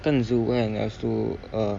kan zoo kan lepas tu uh